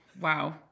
wow